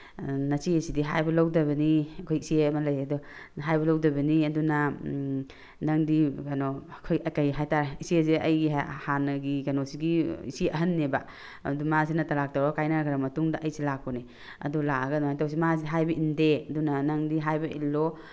ꯅꯆꯦꯁꯤꯗꯤ ꯍꯥꯏꯕ ꯂꯧꯗꯕꯅꯤ ꯑꯩꯈꯣꯏ ꯏꯆꯦ ꯑꯃ ꯂꯩꯌꯦ ꯑꯗꯣ ꯍꯥꯏꯕ ꯂꯧꯗꯕꯅꯤ ꯑꯗꯨꯅ ꯅꯪꯗꯤ ꯀꯩꯅꯣ ꯑꯩꯈꯣꯏ ꯀꯩ ꯍꯥꯏꯕ ꯇꯥꯔꯦ ꯏꯆꯦꯁꯦ ꯑꯩꯒꯤ ꯍꯥꯟꯅꯒꯤ ꯀꯩꯅꯣꯁꯤꯒꯤ ꯏꯆꯦ ꯑꯍꯟꯅꯦꯕ ꯑꯗꯨ ꯃꯥꯁꯤꯅ ꯇꯂꯥꯛ ꯇꯧꯔꯒ ꯀꯥꯏꯅꯈ꯭ꯔꯕ ꯃꯇꯨꯡꯗ ꯑꯩꯁꯦ ꯂꯥꯛꯄꯅꯦ ꯑꯗꯨ ꯂꯥꯛꯑꯒ ꯑꯗꯨꯃꯥꯏꯅ ꯇꯧꯕꯁꯤ ꯃꯥꯁꯤ ꯍꯥꯏꯕ ꯏꯟꯗꯦ ꯑꯗꯨꯅ ꯅꯪꯗꯤ ꯍꯥꯏꯕ ꯏꯜꯂꯨ